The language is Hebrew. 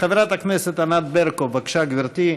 בתקווה שילמד מקודמיו,